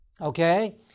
Okay